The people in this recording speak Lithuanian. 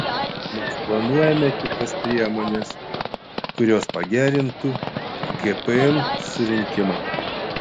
mes planuojame kitas priemones kurios pagerintų gpm surinkimą